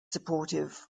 supportive